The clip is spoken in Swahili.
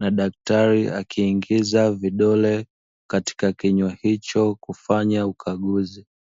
na daktari akiingiza vidole katika kinywa hicho kufanya ukaguzi.